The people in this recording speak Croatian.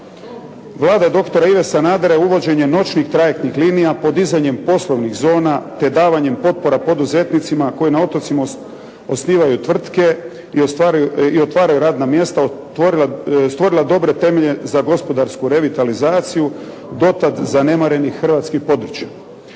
Vlada doktora Ive Sanadera je uvođenjem novih trajektnih linija, podizanjem poslovnih zona te davanjem potpora poduzetnicima koji na otocima osnivaju tvrtke i ostvaruju i otvaraju radna mjesta, otvorila, stvorila dobre temelje za gospodarsku revitalizaciju do tad zanemarenih hrvatskih područja.